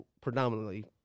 predominantly